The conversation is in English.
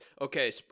okay